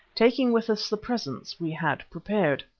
taking with us the presents we had prepared.